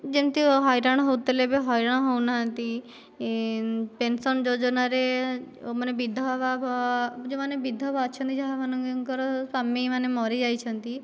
ଯେମିତି ହଇରାଣ ହେଉଥିଲେ ଏବେ ହଇରାଣ ହେଉନାହାନ୍ତି ପେନ୍ସନ୍ ଯୋଜନାରେ ମାନେ ବିଧବା ଯେଉଁମାନେ ବିଧବା ଅଛନ୍ତି ଯାହାମାନଙ୍କର ସ୍ଵାମୀମାନେ ମରିଯାଇଛନ୍ତି